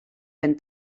ben